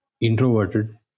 Introverted